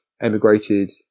emigrated